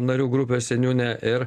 narių grupės seniūnė ir